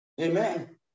Amen